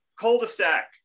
cul-de-sac